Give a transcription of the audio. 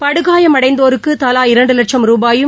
படுகாயமடைந்தோருக்கு தலா இரண்டு லட்சம் ரூபாயும்